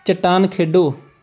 ਚੱਟਾਨ ਖੇਡੋ